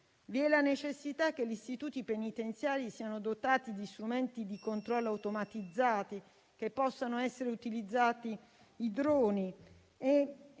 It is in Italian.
la necessità che gli istituti penitenziari siano dotati di strumenti di controllo automatizzati e che possano essere utilizzati i droni.